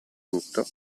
tutto